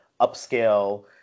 upscale